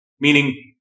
meaning